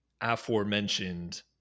aforementioned